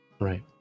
Right